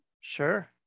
Sure